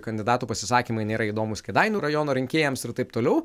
kandidatų pasisakymai nėra įdomūs kėdainių rajono rinkėjams ir taip toliau